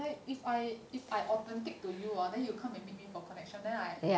like if I if I authentic to you ah then you come and meet me for connection then I